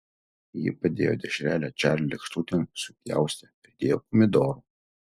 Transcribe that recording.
ji padėjo dešrelę čarlio lėkštutėn supjaustė pridėjo pomidorų